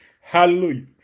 Hallelujah